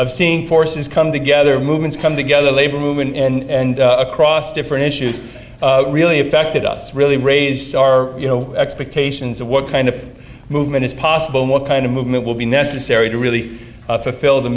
of seeing forces come together movements come together labor movement and across different issues really affected us really raise our you know expectations of what kind of movement is possible what kind of movement will be necessary to really fulfill the